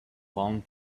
palm